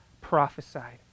prophesied